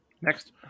Next